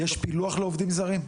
פילוח לעובדים זרים?